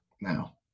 Now